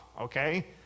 okay